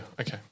okay